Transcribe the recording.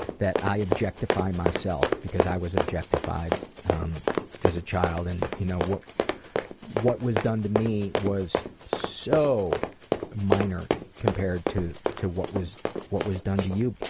that i objectify myself because i was objectified as a child. and you know what what was done to me was so minor compared to to what was what was done to you.